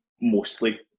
mostly